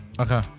Okay